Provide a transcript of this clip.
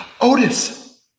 Otis